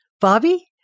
Bobby